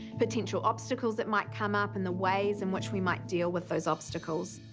potential obstacles that might come up in the ways in which we might deal with those obstacles.